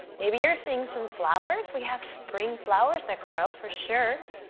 maybe you're seeing some flowers, we have spring flowers that grow for sure.